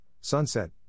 Sunset